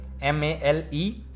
m-a-l-e